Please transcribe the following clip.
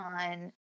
on